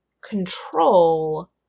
control